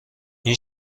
این